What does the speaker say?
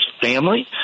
family